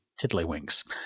tiddlywinks